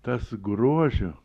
tas grožio